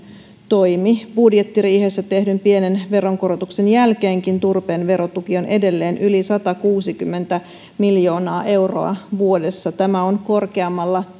toimi budjettiriihessä tehdyn pienen veronkorotuksen jälkeenkin turpeen verotuki on edelleen yli satakuusikymmentä miljoonaa euroa vuodessa tämä on korkeammalla